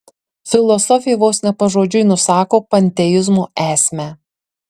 filosofė vos ne pažodžiui nusako panteizmo esmę